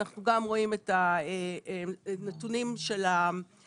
אנחנו גם רואים את הנתונים של המדדים